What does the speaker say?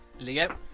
Leo